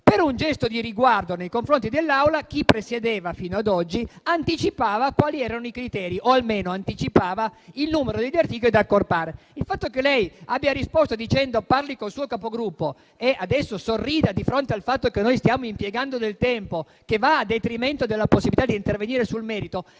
Per un gesto di riguardo nei confronti dell'Assemblea, chi presiedeva fino ad oggi anticipava quali erano i criteri o almeno anticipava il numero degli emendamenti da accorpare. Il fatto che lei abbia risposto invitandomi a parlare col mio Capogruppo e adesso sorrida di fronte al fatto che noi stiamo impiegando del tempo che va a detrimento della possibilità di intervenire sul merito